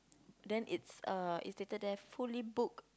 then it's uh it's stated there fully booked